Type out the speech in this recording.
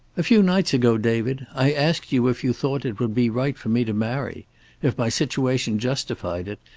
a few nights ago, david, i asked you if you thought it would be right for me to marry if my situation justified it,